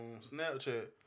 Snapchat